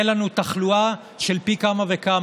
תהיה לנו תחלואה של פי כמה וכמה.